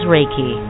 Reiki